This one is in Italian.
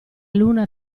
luna